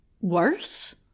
worse